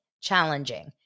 challenging